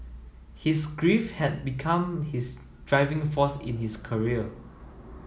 his grief had become his driving force in his career